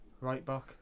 Right-back